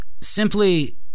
simply